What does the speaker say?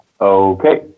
okay